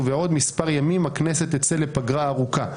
ובעוד מספר ימים הכנסת תצא לפגרה ארוכה,